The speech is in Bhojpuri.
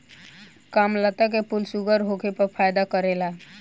कामलता के फूल शुगर होखे पर फायदा करेला